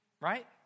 right